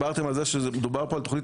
דיברתם על זה שמדובר פה על תוכנית